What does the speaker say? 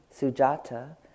Sujata